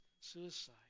suicide